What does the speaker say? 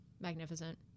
magnificent